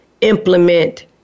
implement